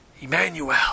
Emmanuel